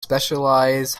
specialized